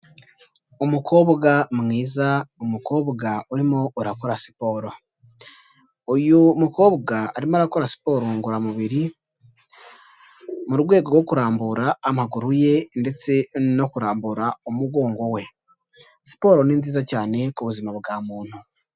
Umukobwa mwiza umukobwa urimo urakora siporo, uyu mukobwa arimo arakora siporo ngororamubiri mu rwego rwo kurambura amaguru ye ndetse no kurambura umugongo we, siporo ni nziza cyane ku buzima bwa muntu.